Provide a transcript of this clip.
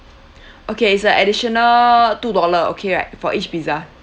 okay it's a additional two dollar okay right for each pizza